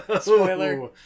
Spoiler